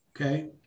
Okay